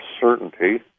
certainty